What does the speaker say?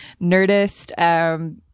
Nerdist